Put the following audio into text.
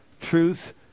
truth